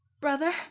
brother